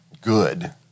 good